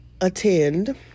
attend